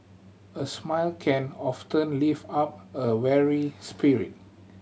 a smile can often lift up a weary spirit